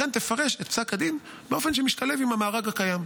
לכן תפרש את פסק הדין באופן שמשתלב עם המארג הקיים,